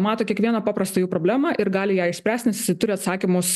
mato kiekvieną paprastą jų problemą ir gali ją išspręst nes jisai turi atsakymus